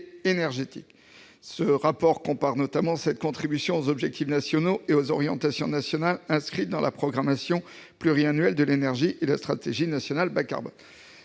Ce rapport compare notamment cette contribution aux objectifs nationaux et aux orientations nationales inscrits dans la programmation pluriannuelle de l'énergie et la stratégie nationale bas-carbone.